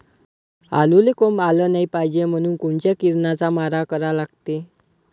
आलूले कोंब आलं नाई पायजे म्हनून कोनच्या किरनाचा मारा करा लागते?